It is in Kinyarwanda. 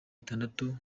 itandatu